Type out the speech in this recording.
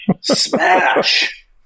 Smash